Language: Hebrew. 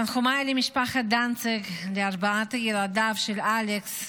תנחומיי למשפחת דנציג, לארבעת ילדיו של אלכס,